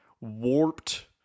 warped